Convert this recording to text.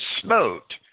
smote